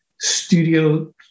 studio